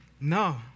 No